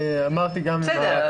אמרתי גם לתקציבנית --- בסדר,